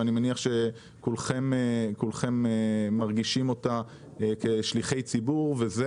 ואני מניח שכולכם מרגישים אותה כשליחי ציבור וזו